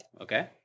Okay